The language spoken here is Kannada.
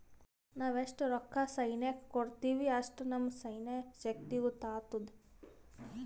ನಾವ್ ಎಸ್ಟ್ ರೊಕ್ಕಾ ಸೈನ್ಯಕ್ಕ ಕೊಡ್ತೀವಿ, ಅಷ್ಟ ನಮ್ ಸೈನ್ಯ ಶಕ್ತಿಯುತ ಆತ್ತುದ್